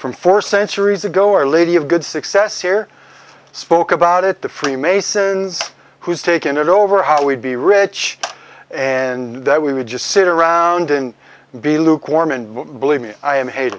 from four centuries ago our lady of good success here spoke about it the freemasons who's taken it over how we'd be rich and we would just sit around and be lukewarm and believe me i am h